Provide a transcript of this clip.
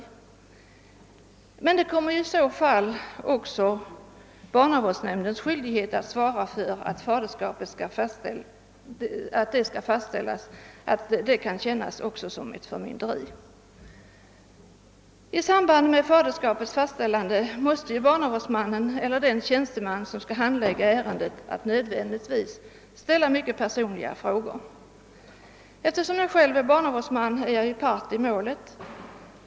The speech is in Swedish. I så fall kommer emellertid också barnavårdsnämndens skyldighet att svara för att faderskapet skall fastställas att kunna uppfattas på samma sätt. I samband med faderskapets fastställande måste ju barnavårdsmannen eller annan tjänsteman som skall handlägga ärendet nödvändigtvis ställa myckei personliga frågor. Eftersom jag själv är barnavårdsman är jag part i målet.